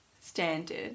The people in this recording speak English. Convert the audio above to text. standard